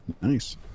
Nice